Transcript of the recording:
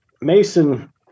Mason